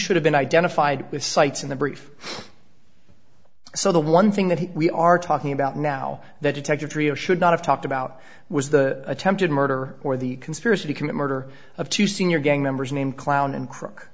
should have been identified sites in the brief so the one thing that we are talking about now that detective trio should not have talked about was the attempted murder or the conspiracy to commit murder of two senior gang members named clown and crook